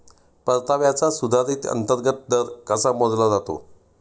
परताव्याचा सुधारित अंतर्गत दर कसा मोजला जातो?